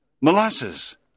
molasses